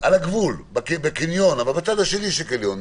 הגבול, בקניון, אבל בצד השני של הקניון.